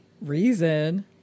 Reason